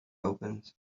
opens